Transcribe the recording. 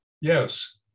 Yes